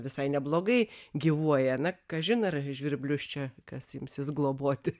visai neblogai gyvuoja na kažin ar žvirblius čia kas imsis globoti